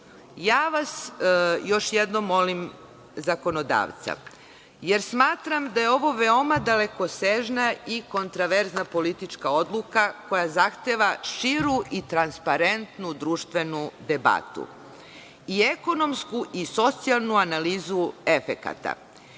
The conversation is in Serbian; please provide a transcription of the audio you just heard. migraciju. Još jednom molim zakonodavca, jer smatram da je ovo veoma dalekosežna i kontraverzna politička odluka koja zahteva širu i transparentnu društvenu debatu, i ekonomsku i socijalnu analizu efekata.